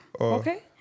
Okay